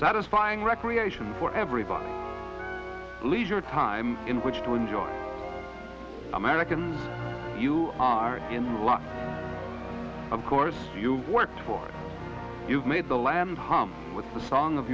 satisfying recreation for everybody leisure time in which to enjoy american you are in law of course you've worked for you've made the lamb hum with the song of